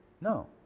No